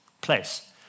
place